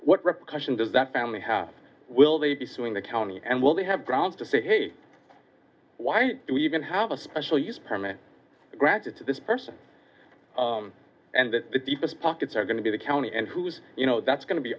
what repercussions does that family have will they be suing the county and will they have grounds to say hey why do we even have a special use permit granted to this person and that the deepest pockets are going to be the county and who's you know that's go